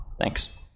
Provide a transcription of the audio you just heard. Thanks